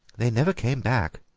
they never came back.